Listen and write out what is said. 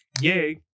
Yay